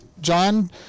John